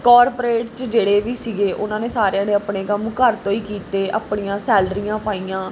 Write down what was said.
corporate 'ਚ ਜਿਹੜੇ ਵੀ ਸੀਗੇ ਉਹਨਾਂ ਨੇ ਸਾਰਿਆਂ ਨੇ ਆਪਣੇ ਕੰਮ ਘਰ ਤੋਂ ਹੀ ਕੀਤੇ ਆਪਣੀਆਂ ਸੈਲਰੀਆਂ ਪਾਈਆਂ